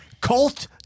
Colt